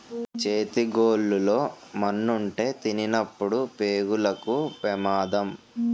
చేతి గోళ్లు లో మన్నుంటే తినినప్పుడు పేగులకు పెమాదం